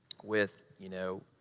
with you know,